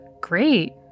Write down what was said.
Great